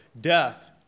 death